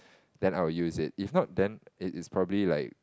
then I will use it if not then it's probably like